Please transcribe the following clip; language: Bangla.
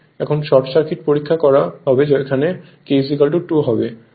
এখন শর্ট সার্কিট পরীক্ষা করা হবে এখানে K 2 হয়